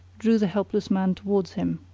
drew the helpless man towards him.